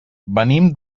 venim